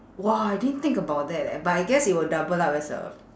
!wah! I didn't think about that eh but I guess it will double up as a